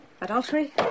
adultery